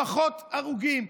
פחות הרוגים,